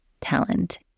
talent